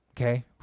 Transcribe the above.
Okay